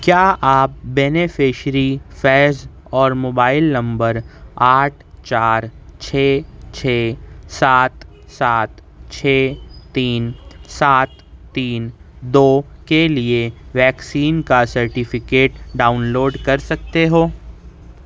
کیا آپ بینیفشیری فیض اور موبائل نمبر آٹھ چار چھ چھ سات سات چھ تین سات تین دو کے لیے ویکسین کا سرٹیفکیٹ ڈاؤنلوڈ کر سکتے ہو